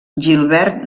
gilbert